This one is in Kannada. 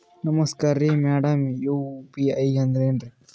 ನಮಸ್ಕಾರ್ರಿ ಮಾಡಮ್ ಯು.ಪಿ.ಐ ಅಂದ್ರೆನ್ರಿ?